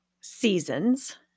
seasons